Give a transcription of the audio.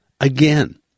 again